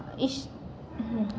ಇಷ್ ಹ್ಮ್